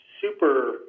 super